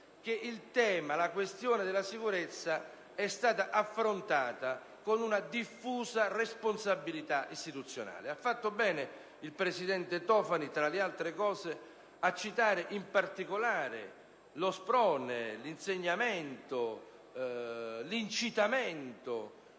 che la questione della sicurezza è stata affrontata con una diffusa responsabilità istituzionale. Ha fatto bene il presidente Tofani a citare, tra le altre cose, lo sprone, l'insegnamento e l'incitamento